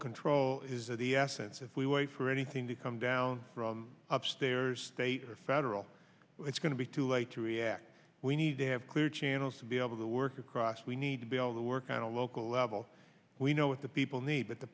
control is of the essence if we wait for anything to come down from upstairs state or federal it's going to be too late to react we need to have clear channels to be able to work across we need to be able to work on a local level we know what the people need but the